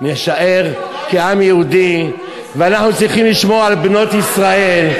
נישאר כעם יהודי ואנחנו צריכים לשמור על בנות ישראל.